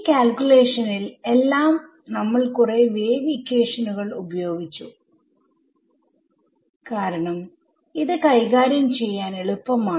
ഈ കാൽക്യൂലേഷനിൽ എല്ലാം നമ്മൾ കുറെ വേവ് ഇക്വേഷനുകൾ ഉപയോഗിച്ചു കാരണം ഇത് കൈകാര്യം ചെയ്യാൻ എളുപ്പമാണ്